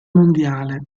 mondiale